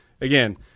again